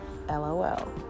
LOL